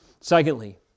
Secondly